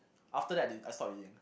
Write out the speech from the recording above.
after that I didn't I stop reading